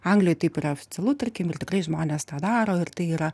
anglijoj taip yra oficialu tarkim ir tikrai žmonės tą daro ir tai yra